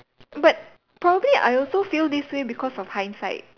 but probably I also feel this way is because of hindsight